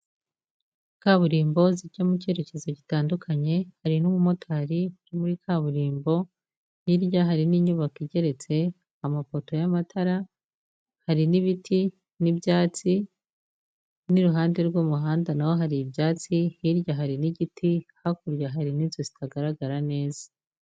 Kaburimbo zijya mu cyerekezo gitandukanye hari n'umumotari wo muri kaburimbo hirya hari n'inyubako igeretse, amafoto y'amatara, hari n'ibiti n'ibyatsi n'iruhande rw'umuhanda naho hari ibyatsi, hirya hari n'igiti hakurya hari n'inzu zitagaragara neza.